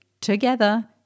together